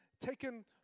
taken